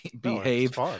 behave